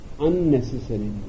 unnecessarily